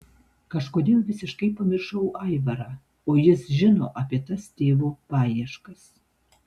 kažkodėl visiškai pamiršau aivarą o jis žino apie tas tėvo paieškas